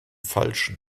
falschen